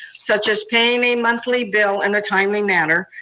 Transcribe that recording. such as paying a monthly bill in a timely manner,